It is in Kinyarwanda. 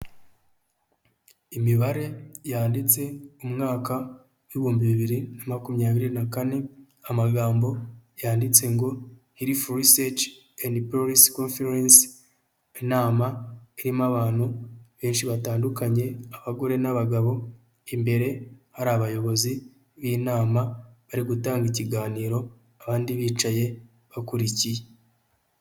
Imibare yanditse, umwaka w'ibihumbi bibiri na makumyabiri na kane, amagambo yanditse ngo ''Health Research & Policy Conference''. Inaama irimo abantu benshi batandukanye abagore n'abagabo, imbere hari abayobozi b'inama abandi bari gutanga ikiganiro abandi bicaye bakurikiye.